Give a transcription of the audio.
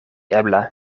ebla